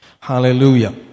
Hallelujah